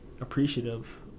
appreciative